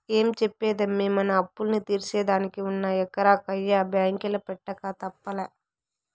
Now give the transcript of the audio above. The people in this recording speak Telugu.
ఏం చెప్పేదమ్మీ, మన అప్పుల్ని తీర్సేదానికి ఉన్న ఎకరా కయ్య బాంకీల పెట్టక తప్పలా